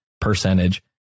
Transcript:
percentage